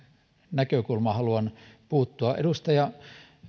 näkökulmaan haluan puuttua edustaja